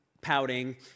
pouting